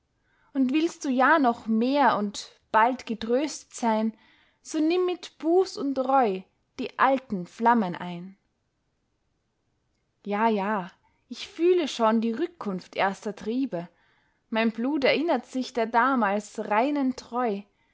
und willst du ja noch mehr und bald getröstet sein so nimm mit buß und reu die alten flammen ein ja ja ich fühle schon die rückkunft erster triebe mein blut erinnert sich der damals reinen treu